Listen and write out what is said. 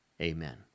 Amen